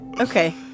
Okay